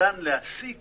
ניתן להסיק